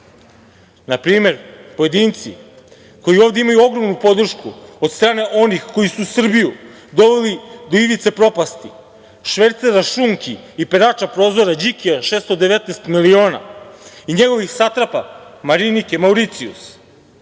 npr. pojedinci koji ovde imaju ogromnu podršku, koji su Srbiju doveli do ivice propasti, švercera šunki i perača prozora Đikija 619 miliona i njegovih satrapa Marinike Mauricijus,